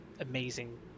amazing